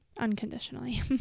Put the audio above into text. Unconditionally